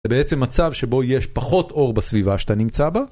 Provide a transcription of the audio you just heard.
זה בעצם מצב שבו יש פחות אור בסביבה שאתה נמצא בה.